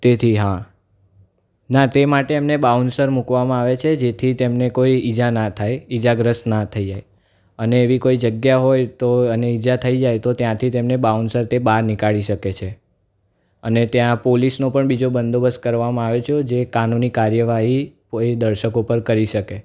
તેથી હા ના તે માટે એમને બાઉન્સર મૂકવામાં આવે છે જેથી તેમને કોઈ ઈજા ના થાય ઈજાગ્રસ્ત ના થાય જાય અને એવી કોઈ જગ્યા હોય તો અને ઈજા થાય જાય તો ત્યાંથી તેમને બાઉન્સર તે બાર નિકાળી શકે છે અને ત્યાં પોલીસનો પણ બીજો બંદોબસ્ત કરવામાં આવે છે જે કાનૂની કાર્યવાહી કોઈ દર્શકો પર કરી શકે